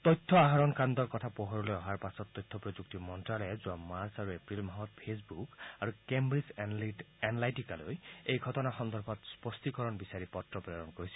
তথ্য আহৰণ কাণ্ডৰ কথা পোহৰলৈ অহাৰ পাছত তথ্য প্ৰযুক্তি মন্তালয়ে যোৱা মাৰ্চ আৰু এপ্ৰিল মাহত ফেচবুক আৰু কেম্ব্ৰিজ এনলাইটিকাল এই ঘটনা সন্দৰ্ভত স্পষ্টীকৰণ বিচাৰি পত্ৰ প্ৰেৰণ কৰিছিল